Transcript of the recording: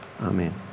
Amen